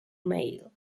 mail